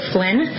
Flynn